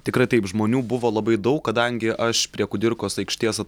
tikrai taip žmonių buvo labai daug kadangi aš prie kudirkos aikštės at